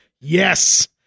Yes